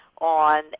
on